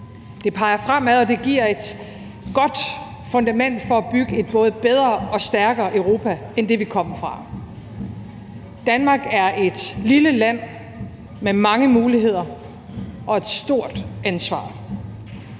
Det peger fremad, og det giver et godt fundament for at bygge et både bedre og stærkere Europa end det, vi kom fra. Danmark er et lille land med mange muligheder og et stort ansvar.